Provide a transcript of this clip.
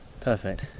Perfect